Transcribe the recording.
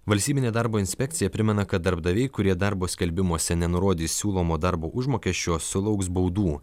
valstybinė darbo inspekcija primena kad darbdaviai kurie darbo skelbimuose nenurodė siūlomo darbo užmokesčio sulauks baudų